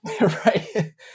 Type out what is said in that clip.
Right